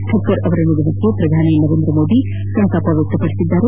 ಠಕ್ಕರ್ ಅವರ ನಿಧನಕ್ಕೆ ಪ್ರಧಾನಿ ನರೇಂದ್ರ ಮೋದಿ ಸಂತಾಪ ವ್ಯಕ್ತಪಡಿಸಿದ್ದಾರೆ